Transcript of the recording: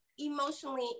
emotionally